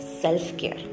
self-care